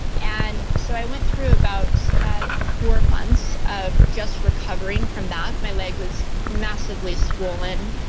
and so i went through about four months of just recovering from that. my leg was massively swollen,